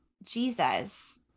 Jesus